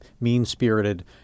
mean-spirited